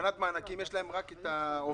מבחינת מענקים יש להם רק את העובדים.